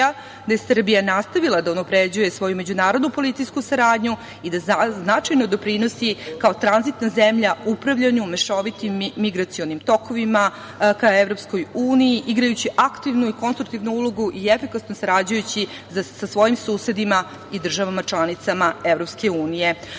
gde je Srbija nastavila da unapređuje svoju međunarodnu policijsku saradnju i da značajno doprinosi kao tranzitna zemlja u upravljanju mešovitim migracionim tokovima ka EU igrajući aktivnu i konstruktivnu ulogu i efikasnu sarađujući sa svojim susedima i državama članicama EU. S tim